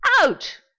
out